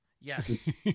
Yes